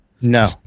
No